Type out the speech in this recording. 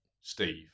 Steve